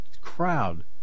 crowd